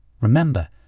Remember